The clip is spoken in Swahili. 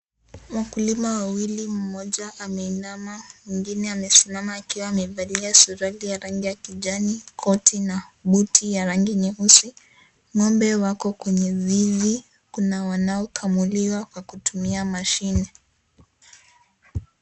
Mukulima wawili mmoja ameinama, mwingine amesimama akiwa amevalia suruali ya rangi ya kijani, koti na, buti ya rangi nyeusi, ngombe wako kwenye zizi, kuna wanao kamuliwa kwa kutumia mashine.